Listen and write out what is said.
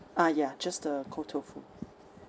ah ya just the cold tofu